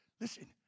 Listen